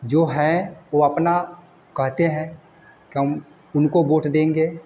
जो हैं वे अपना कहते हैं कि हम उनको वोट देंगे